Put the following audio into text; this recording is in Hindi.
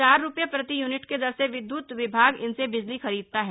चार रुपये प्रति यूनिट की दर से विद्युत विभाग इनसे बिजली खरीदता है